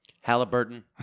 Halliburton